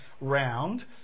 round